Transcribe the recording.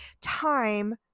time